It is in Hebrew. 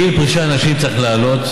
גיל פרישה לנשים צריך לעלות.